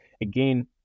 again